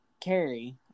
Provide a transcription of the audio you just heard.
Carrie